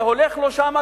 זה הולך לו שם,